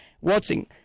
watching